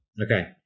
Okay